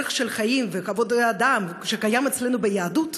ערך של חיים וכבוד האדם שקיים אצלנו ביהדות,